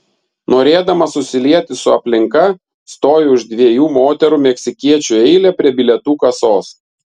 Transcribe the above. norėdamas susilieti su aplinka stoju už dviejų moterų meksikiečių į eilę prie bilietų kasos